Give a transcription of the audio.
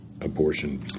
abortion